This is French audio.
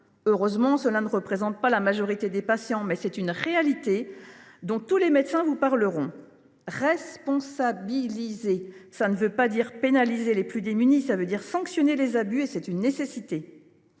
Heureusement, un tel cas ne représente pas la majorité des patients ; mais il y a là une réalité dont tous les médecins vous parleront. Responsabiliser, cela ne veut pas dire pénaliser les plus démunis : cela veut dire sanctionner les abus – et c’est une nécessité.